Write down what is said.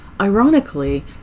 ironically